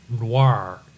noir